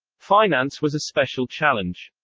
finance was a special challenge.